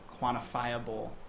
quantifiable